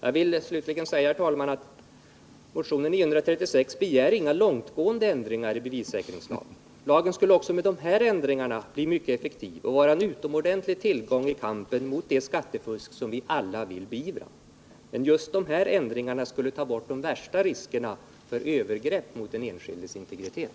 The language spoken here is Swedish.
Jag vill slutligen säga, herr talman, att motionen 936 begär inga långtgående ändringar i bevissäkringslagen. Lagen skulle också med de här ändringarna bli mycket effektiv och vara en utomordentlig tillgång i kampen mot det skattefusk som vi alla vill beivra. Men just de här ändringarna skulle ta bort de värsta riskerna för övergrepp mot den enskildes integritet.